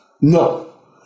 No